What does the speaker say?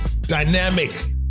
Dynamic